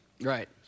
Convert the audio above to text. Right